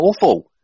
awful